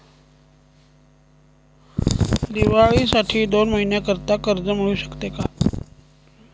दिवाळीसाठी दोन महिन्याकरिता कर्ज मिळू शकते का?